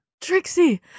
trixie